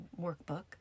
workbook